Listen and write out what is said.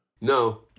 No